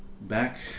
back